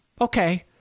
Okay